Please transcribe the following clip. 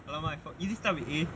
!alamak! I for~ is it start with A